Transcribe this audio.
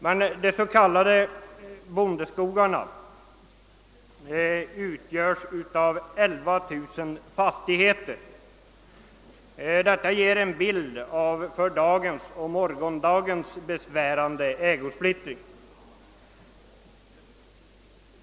Men de s.k. bondeskogarna utgörs av 11 000 fastigheter. Detta ger en bild av dagens och morgondagens besvärande ägosplittring.